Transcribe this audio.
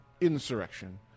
insurrection